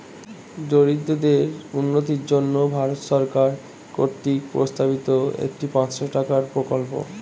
দরিদ্রদের উন্নতির জন্য ভারত সরকার কর্তৃক প্রস্তাবিত একটি পাঁচশো টাকার প্রকল্প